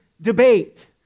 debate